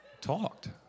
Talked